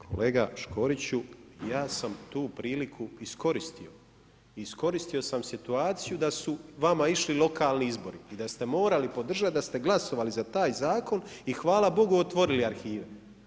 Kolega Škoriću, ja sam tu priliku iskoristio, iskoristio sam situaciju da su vama išli lokalni izbori i da ste morali podržati, da ste glasovali za taj zakon i hvala Bogu otvorili arhive.